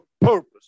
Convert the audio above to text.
purpose